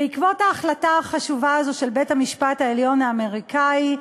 בעקבות ההחלטה החשובה הזאת של בית-המשפט העליון האמריקני,